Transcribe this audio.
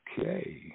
Okay